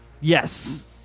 Yes